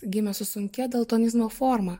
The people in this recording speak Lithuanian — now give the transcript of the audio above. gimė su sunkia daltonizmo forma